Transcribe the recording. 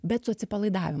bet su atsipalaidavimu